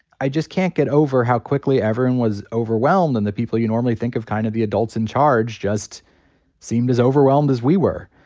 i just can't get over how quickly everyone was overwhelmed, and the people you normally think of kind of the adults in charge just seemed as overwhelmed as we were.